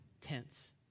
tense